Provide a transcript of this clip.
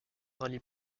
rallie